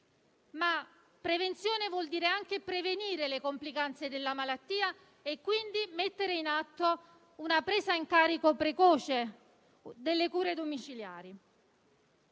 ma prevenzione vuol dire anche prevenire le complicanze della malattia e mettere in atto una presa in carico precoce delle cure domiciliari.